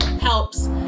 helps